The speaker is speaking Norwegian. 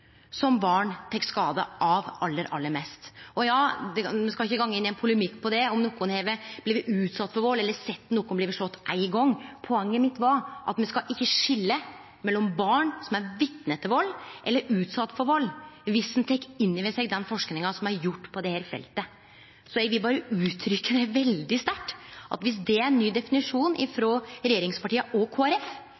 aller, aller mest skade av. Me skal ikkje gå inn i ein polemikk på det, om nokon har blitt utsette for vald, eller sett nokon bli slått éin gong. Poenget mitt var at me skal ikkje skilje mellom barn som er vitne til vald, og barn som har blitt utsett for vald, om ein tek inn over seg den forskinga som er gjord på dette feltet. Eg vil berre uttrykkje det veldig sterkt, at om det er ein ny definisjon